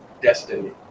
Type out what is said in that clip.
destiny